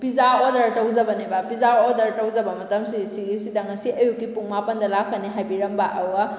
pizza order ꯇꯧꯖꯕꯅꯦꯕ pizza order ꯇꯧꯖꯕ ꯃꯇꯝꯁꯤ ꯁꯤꯒꯤꯁꯤꯗ ꯉꯁꯤ ꯑꯌꯨꯛꯀꯤ ꯄꯨꯡ ꯃꯥꯄꯟꯗ ꯂꯥꯛꯀꯅꯤ ꯍꯥꯏꯕꯤꯔꯝꯕ ꯑꯗꯨꯒ